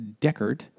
Deckard